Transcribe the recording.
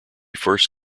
first